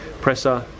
presser